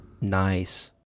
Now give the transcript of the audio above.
Nice